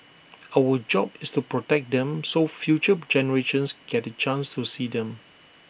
our job is to protect them so future generations get the chance to see them